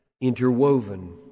interwoven